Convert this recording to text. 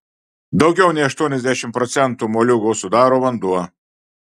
daugiau nei aštuoniasdešimt procentų moliūgo sudaro vanduo